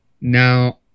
now